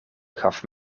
gaf